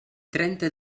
trenta